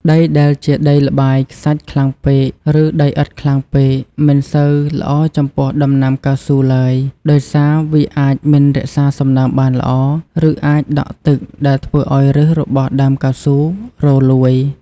ដីដែលជាដីល្បាយខ្សាច់ខ្លាំងពេក ឬដីឥដ្ឋខ្លាំងពេក មិនសូវល្អចំពោះដំណាំកៅស៊ូឡើយ ដោយសារវាអាចមិនរក្សាសំណើមបានល្អ ឬអាចដក់ទឹកដែលធ្វើឱ្យឫសរបស់ដើមកៅស៊ូរលួយ។